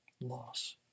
loss